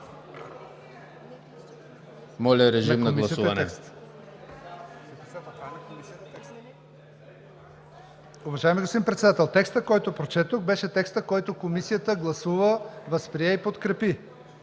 Моля, режим на гласуване